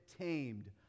tamed